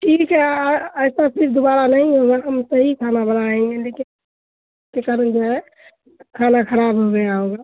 ٹھیک ہے ایسا پھر دوبارہ نہیں ہوگا ہم صحیح کھانا بنائیں گے لیکن کسی کارن جو ہے کھانا خراب ہو گیا ہوگا